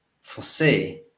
foresee